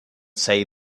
say